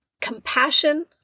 compassion